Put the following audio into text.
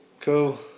Cool